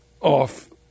off